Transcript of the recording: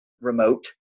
remote